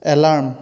alarm